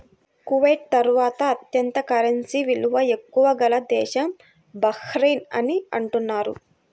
Kuwait తర్వాత అత్యంత currency విలువ ఎక్కువ గల దేశం బహ్రెయిన్ అని అంటున్నారు